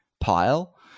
pile